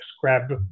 grab